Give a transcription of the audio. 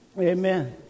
Amen